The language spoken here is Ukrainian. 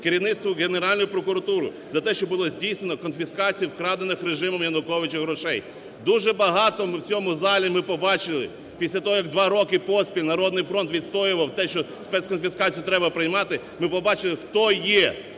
керівництву Генеральної прокуратури за те, що було здійснено конфіскацію вкрадених режимом Януковича грошей. Дуже багато в цьому залі ми побачили після того, як два роки поспіль "Народний фронт" відстоював те, що спецконфіскацію треба приймати, ви побачили, хто є